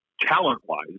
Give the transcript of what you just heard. talent-wise